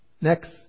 Next